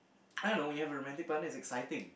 I don't know when you have a romantic partner it's exciting